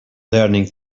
learning